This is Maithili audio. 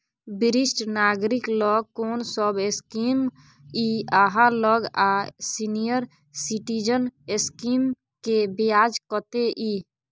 वरिष्ठ नागरिक ल कोन सब स्कीम इ आहाँ लग आ सीनियर सिटीजन स्कीम के ब्याज कत्ते इ?